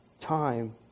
time